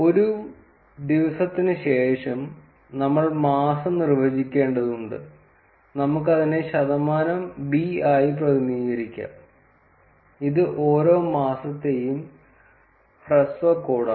ഒരു ദിവസത്തിനുശേഷം നമ്മൾ മാസം നിർവ്വചിക്കേണ്ടതുണ്ട് നമുക്ക് അതിനെ ശതമാനം ബി ആയി പ്രതിനിധീകരിക്കാം ഇത് ഓരോ മാസത്തെയും ഹ്രസ്വ കോഡാണ്